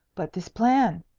but this plan?